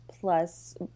plus